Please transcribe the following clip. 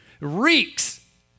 reeks